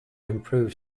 improve